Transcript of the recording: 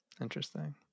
interesting